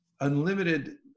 unlimited